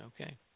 Okay